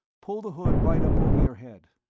pull the hood right up over your head.